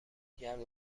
گرد